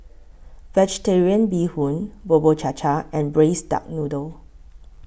Vegetarian Bee Hoon Bubur Cha Cha and Braised Duck Noodle